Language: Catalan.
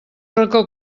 racó